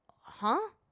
Huh